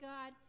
God